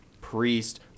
Priest